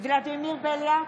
ולדימיר בליאק,